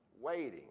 Waiting